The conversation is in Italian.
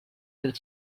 del